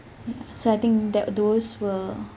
ya so I think that those were